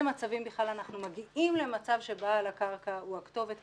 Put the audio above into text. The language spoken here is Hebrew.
מצבים בכלל אנחנו מגיעים למצב שבעל הקרקע הוא הכתובת,